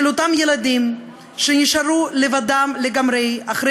של אותם ילדים שנשארו לבדם לגמרי אחרי